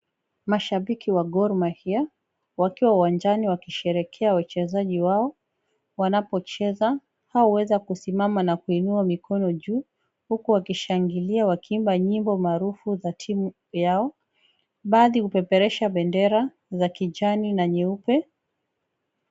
Mashabiki wa Gor Mahia wakiwa uwanjani wakisherehekea wachezaji wao wanapocheza hao huweza kusimama na kuinuwa mikono juu huku wakishangilia wakiimba nyimbo maarufu za timu yao baadhi hupeperusha bendera za kijani na nyeupe.